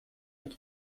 эти